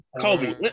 Kobe